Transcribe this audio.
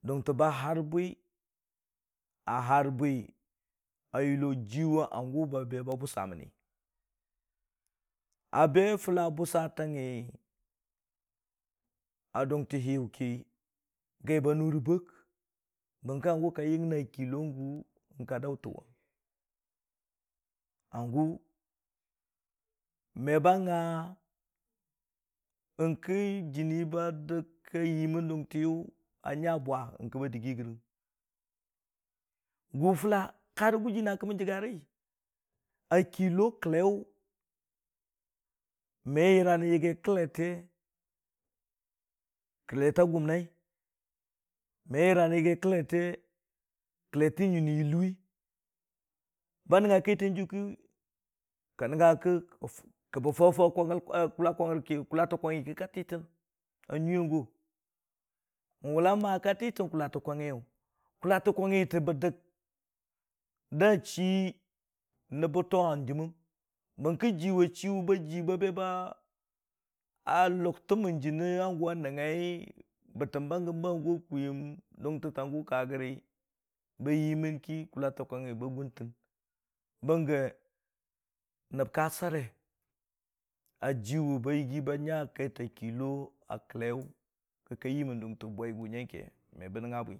har bwi a har bwi a yʊlo jiwa hangʊ ba be ba bʊsa məni a be fʊla bʊsatangngi a dʊgtiyʊ ki, gai ba nʊ rəbbəg bənkə hangʊ ka yənga kɨllo gʊ n'ka do daʊtən wʊna hangʊ me ba nga yəngkə jɨni yɨmən dʊgtiyʊ a nya bwa yəng kə ba dəggi gərəng. hʊ fʊla karə gʊji nəng nga ki mən jəgga rə, a Kɨllo kəllai yʊ me yəra yagi kəllete kəlleta gʊmnai, me yəra rə yagi kəllete kəlletə nən nyui ni yʊllo we, ba nəngnga kaitnag jiyʊ ki kə bə faʊwe faʊwe kʊla kwang grə ki kʊlatə kwangngi ki kə ka tiitəng a nyʊi a gʊ. N'wʊlaa ma ki a titəng kʊltə kwangngi yʊ? kʊlatə kwangngi bə dəg da chii nəb bə tʊ hanjimmən, bə kə jiwʊ chii da jiwʊ ba lʊgtə mən jiwʊn hanjim a nəngngai, bətəm ba kangʊwa kwiyəm dʊntə ta gʊ ka gəri ba yimən ki kʊlatə lawangngi ba gʊntən, bəngi nəb ka sare jiwʊ ba yigi ba nya kaita kɨllo a kəllai yʊ ki ka yɨmən dʊntə bwigʊ nyəng ke.